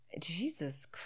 Jesus